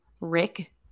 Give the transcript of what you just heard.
Rick